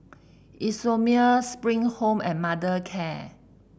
Isomil Spring Home and Mothercare